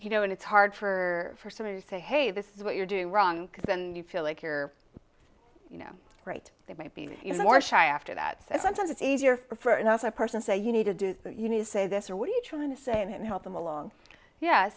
you know and it's hard for somebody to say hey this is what you're doing wrong because and you feel like you're you know right they might be more shy after that and sometimes it's easier for an outside person say you need to do you need to say this or what are you trying to say and help them along ye